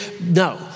No